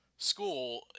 School